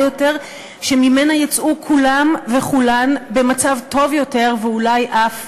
יותר וממנה יצאו כולם וכולן במצב טוב יותר ואולי אף